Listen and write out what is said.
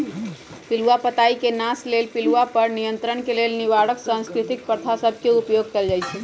पिलूआ पताई के नाश लेल पिलुआ पर नियंत्रण के लेल निवारक सांस्कृतिक प्रथा सभ के उपयोग कएल जाइ छइ